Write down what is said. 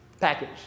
package